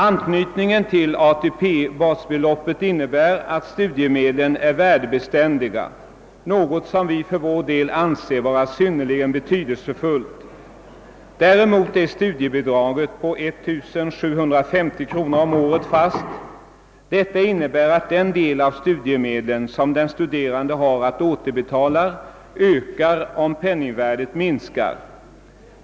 Anknytningen till ATP-basbeloppet innebär att studiemedlen är värdebeständiga, något som vi för vår del anser vara synnerligen betydelsefullt. Däremot är studiebidraget på 1750 kronor om året fast. Detta innebär att den del av studiemedlen som den studerande har att återbetala ökar om penningvärdet minskar.